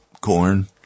corn